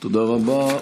תודה רבה.